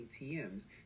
ATMs